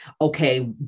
okay